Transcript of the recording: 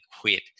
quit